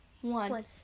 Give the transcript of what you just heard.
one